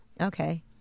Okay